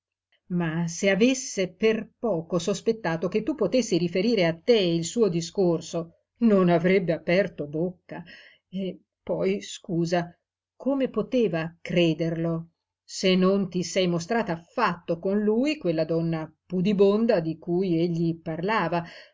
ma se avesse per poco sospettato che tu potessi riferire a te il suo discorso non avrebbe aperto bocca e poi scusa come poteva crederlo se non ti sei mostrata affatto con lui quella donna pudibonda di cui egli parlava